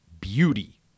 beauty